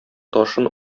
ташын